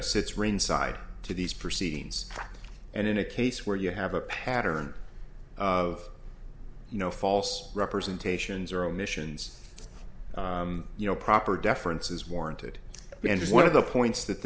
sits ringside to these proceedings and in a case where you have a pattern of you know false representations or omissions you know proper deference is warranted and one of the points that the